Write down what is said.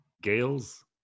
Gales